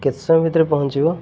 କେତେ ସମୟ ଭିତରେ ପହଞ୍ଚିବ